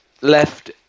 left